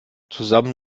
zusammen